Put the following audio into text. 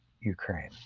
Ukraine